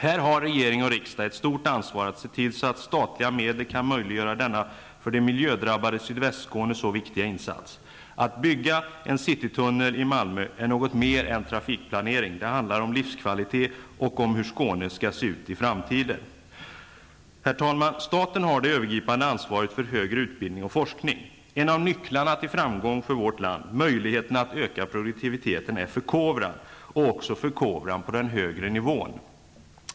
Här har regering och riksdag ett stort ansvar att se till att statliga medel kan möjliggöra denna för det miljödrabbade Sydvästskåne så viktiga insats. Att bygga en citytunnel i Malmö är något mer än trafikplanering. Det handlar om livskvalitet och om hur Skåne skall se ut i framtiden! Herr talman! Staten har det övergripande ansvaret för högre utbildning och forskning. En av nycklarna till framgång för vårt land -- möjligheterna att öka produktiviteten -- är förkovran och också förkovran på den högre nivån.